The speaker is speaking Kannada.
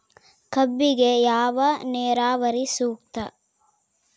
ಕಬ್ಬಿಗೆ ಯಾವ ನೇರಾವರಿ ಸೂಕ್ತ?